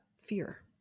fear